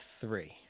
three